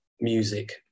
music